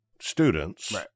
students